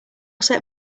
set